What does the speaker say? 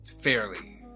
Fairly